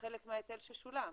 מההיטל ששולם.